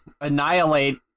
annihilate